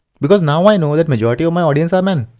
because now i know that majority of my audience are men.